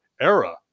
era